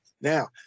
Now